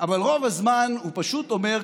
אבל רוב הזמן הוא פשוט אומר,